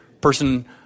person